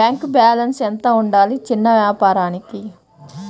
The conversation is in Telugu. బ్యాంకు బాలన్స్ ఎంత ఉండాలి చిన్న వ్యాపారానికి?